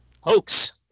Hoax